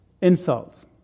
insults